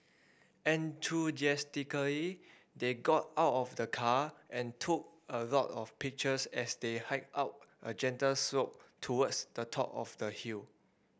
enthusiastically they got out of the car and took a lot of pictures as they hiked out a gentle slope towards the top of the hill